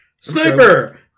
Sniper